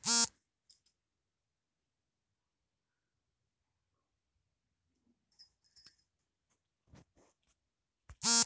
ಕೃಷಿಲಿ ಮಣ್ಣು ಬಳಕೆಯಾಗ್ತದೆ ಇದು ಸಸ್ಯಗಳಿಗೆ ಪ್ರಾಥಮಿಕ ಪೌಷ್ಟಿಕ ಪ್ರತ್ಯಾಮ್ಲವಾಗಿ ಉಪಯೋಗಿಸಲ್ಪಡ್ತದೆ